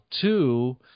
Two